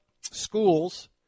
schools